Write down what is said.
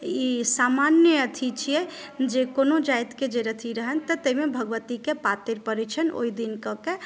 ई सामान्य अथी छियै जे कोनो जातिकेँ जे एथी रहनि तऽ ताहिमे भगवतीकेँ पातरि पड़ै छनि ओहि दिन कऽ के